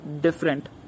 different